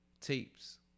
Tapes